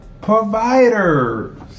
providers